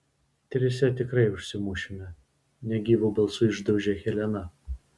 trise tikrai užsimušime negyvu balsu išdaužė helena